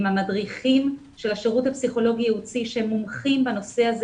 עם המדריכים של השירות הפסיכולוגי ייעוצי שהם מומחים בנושא הזה